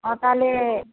ଆଉ ତା'ହେଲେ